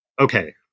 Okay